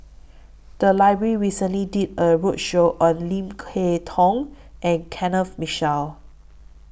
The Library recently did A roadshow on Lim Kay Tong and Kenneth Mitchell